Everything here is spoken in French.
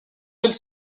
celle